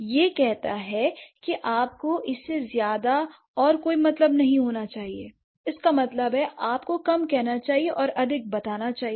यह कहता है कि आपको इससे ज्यादा और कोई मतलब नहीं होना चाहिए l इसका मतलब है आपको कम कहना चाहिए लेकिन अधिक बताना चाहिए